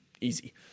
easy